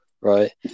right